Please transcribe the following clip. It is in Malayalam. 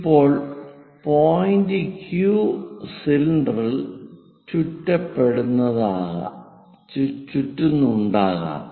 ഇപ്പോൾ പോയിന്റ് Q സിലിണ്ടറിൽ ചുറ്റുന്നുണ്ടാകാം